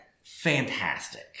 Fantastic